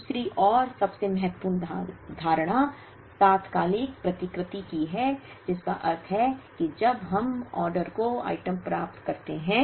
दूसरी और सबसे महत्वपूर्ण धारणा तात्कालिक प्रतिकृति की है जिसका अर्थ है की जब हम ऑर्डर को आइटम प्राप्त करते हैं